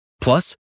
Plus